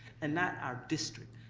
and not our district.